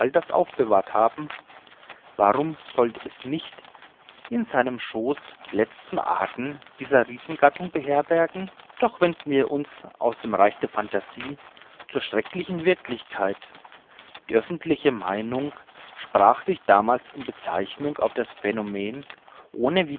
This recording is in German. zeitalters aufbewahrt haben warum sollte es nicht in seinem schooße die letzten arten dieser riesen beherbergen doch wenden wir uns aus dem reiche der phantasie zur schrecklichen wirklichkeit die öffentliche meinung sprach sich damals in beziehung auf das phänomen ohne